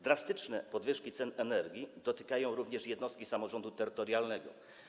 Drastyczne podwyżki cen energii dotykają również jednostki samorządu terytorialnego.